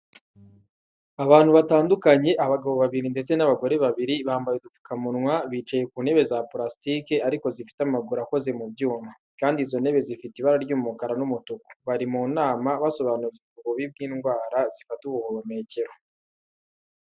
Abantu batandukanye, abagabo babiri ndetse n'abagore babiri bambaye udupfukamunwa, bicaye ku ntebe za purasike ariko zifite amaguru akoze mu byuma, kandi izo ntebe zifite ibara ry'umukara n'umutuku. Bari mu nama basobanurirwa ububi bw'indwara zifata ubuhumekero.